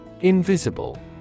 Invisible